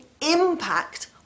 impact